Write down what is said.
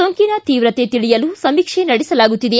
ಸೋಂಕಿನ ತೀವ್ರತೆ ತಿಳಿಯಲು ಸಮೀಕ್ಷೆ ನಡೆಸಲಾಗುತ್ತಿದೆ